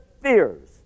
fears